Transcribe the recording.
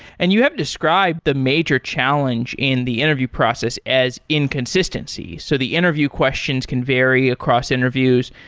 and you have described the major challenge in the interview process as inconsistencies. so the interview questions can vary across interviews.